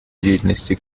деятельности